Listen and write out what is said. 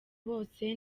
bose